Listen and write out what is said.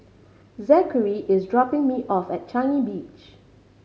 Zackary is dropping me off at Changi Beach